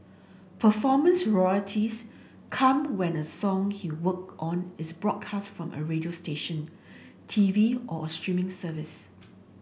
performance royalties come when a song he worked on is broadcast from a radio station T V or a streaming service